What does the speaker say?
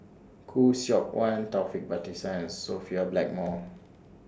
Khoo Seok Wan Taufik Batisah and Sophia Blackmore